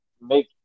make